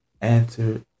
answer